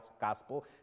gospel